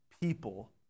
people